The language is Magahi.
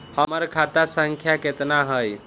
हमर खाता संख्या केतना हई?